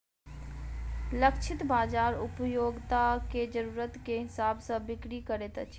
लक्षित बाजार उपभोक्ता के जरुरत के हिसाब सॅ बिक्री करैत अछि